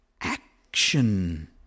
action